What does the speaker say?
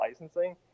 licensing